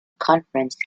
conference